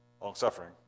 Long-suffering